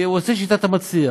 הוא עושה בשיטת מצליח,